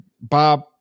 Bob